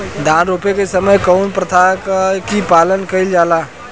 धान रोपे के समय कउन प्रथा की पालन कइल जाला?